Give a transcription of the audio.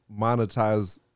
monetize